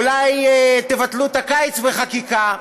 אולי תבטלו את הקיץ בחקיקה,